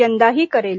यंदाही करेल